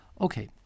okay